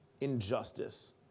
injustice